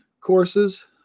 courses